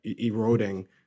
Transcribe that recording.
eroding